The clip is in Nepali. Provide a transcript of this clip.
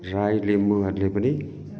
राई लिम्बूहरूले पनि